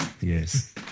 Yes